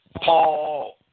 Paul